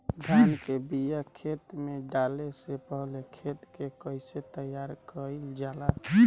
धान के बिया खेत में डाले से पहले खेत के कइसे तैयार कइल जाला?